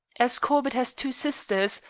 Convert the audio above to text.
as corbett has two sisters,